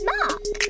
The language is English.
Mark